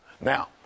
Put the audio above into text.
Now